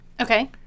Okay